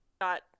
got